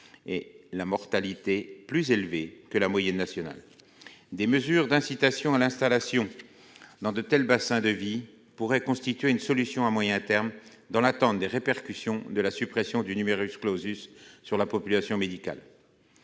et la mortalité plus élevée que la moyenne nationale. Des mesures d'incitation à l'installation dans de tels bassins de vie pourraient constituer une solution à moyen terme, dans l'attente des répercussions de la suppression du sur la population médicale.